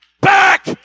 back